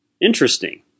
Interesting